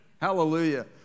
Hallelujah